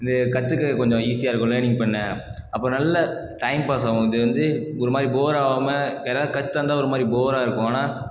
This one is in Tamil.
இது கற்றுக்க கொஞ்சம் ஈஸியாக இருக்கும் லேனிங் பண்ண அப்புறம் நல்ல டைம் பாஸ் ஆகும் இது வந்து ஒரு மாதிரி போர் ஆகாம யாராவது கற்று தந்தால் ஒரு மாதிரி போராக இருக்கும் ஆனால்